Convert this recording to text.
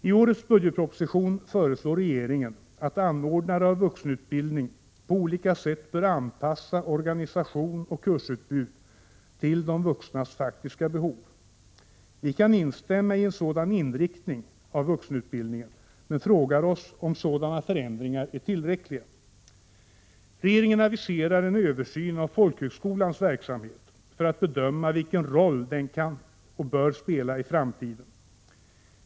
I årets budgetproposition föreslår regeringen att anordnare av vuxenutbildning på olika sätt skall anpassa organisation och kursutbud till de vuxnas faktiska behov. Vi kan instämma i en sådan inriktning av vuxenutbildningen, men vi frågar oss om sådana förändringar är tillräckliga. Regeringen aviserar en översyn av folkhögskolans verksamhet för att bedöma vilken roll den kan och bör spela i framtiden.